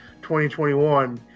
2021